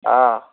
हाँ